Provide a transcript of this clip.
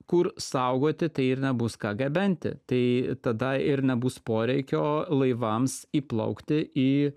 kur saugoti tai ir nebus ką gabenti tai tada ir nebus poreikio laivams įplaukti į